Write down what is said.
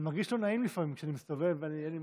אני מרגיש לא נעים לפעמים כשאני מסתובב ואין לי מסכה.